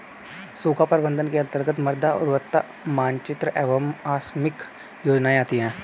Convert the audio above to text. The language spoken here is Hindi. सूखा प्रबंधन के अंतर्गत मृदा उर्वरता मानचित्र एवं आकस्मिक योजनाएं आती है